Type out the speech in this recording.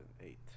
eight